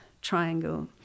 triangle